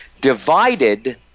divided